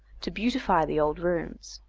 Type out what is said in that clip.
to beautify the old rooms.